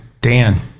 Dan